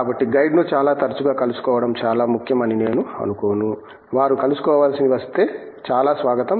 కాబట్టి గైడ్ను చాలా తరచుగా కలుసుకోవడం చాలా ముఖ్యం అని నేను అనుకోను వారు కలుసుకోవాల్సి వస్తే చాలా స్వాగతం